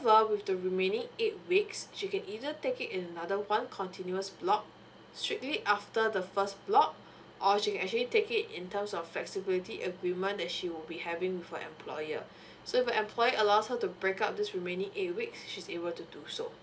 with the remaining eight weeks she can either take it in another one continuous block strictly after the first block or she can actually take it in terms of flexibility agreement that she would be having with her employer so if the employer allows her to break up this remaining eight weeks she's able to do so